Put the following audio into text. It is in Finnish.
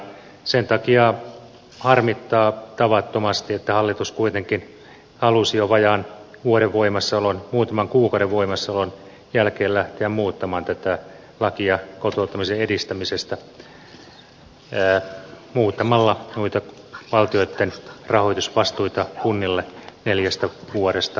sen takia harmittaa tavattomasti että hallitus kuitenkin halusi jo vajaan vuoden voimassaolon muutaman kuukauden voimassaolon jälkeen lähteä muuttamaan tätä lakia kotoutumisen edistämisestä muuttamalla valtion rahoitusvastuita kunnille neljästä vuodesta kolmeen vuoteen